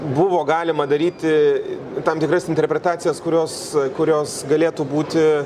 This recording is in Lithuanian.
buvo galima daryti tam tikras interpretacijas kurios kurios galėtų būti